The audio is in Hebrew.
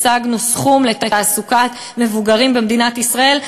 השגנו סכום לתעסוקת מבוגרים במדינת ישראל,